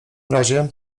razie